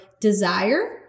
desire